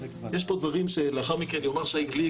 יש פה דברים לאחר מכן יאמר שי גליק,